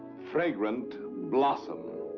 fragrant blossom.